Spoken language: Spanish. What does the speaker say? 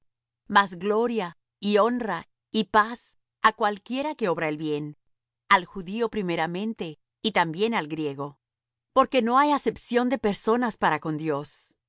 mas gloria y honra y paz á cualquiera que obra el bien al judío primeramente y también al griego porque no hay acepción de personas para con dios